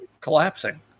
collapsing